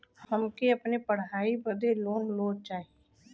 हमके अपने पढ़ाई बदे लोन लो चाही?